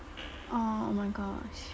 orh oh my gosh